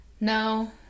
No